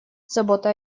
забота